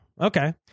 okay